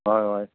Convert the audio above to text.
हय हय